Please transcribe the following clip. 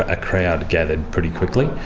a crowd gathered pretty quickly,